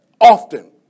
often